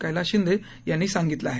कैलास शिंदे यांनी सांगितलं आहे